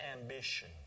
ambition